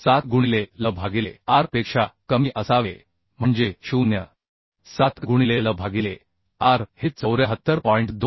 7 गुणिले L भागिले r म्हणजे 0 7 गुणिले L भागिले r पेक्षा कमी असावे हे 74